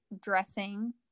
dressing